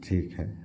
ठीक है